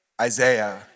Isaiah